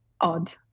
odd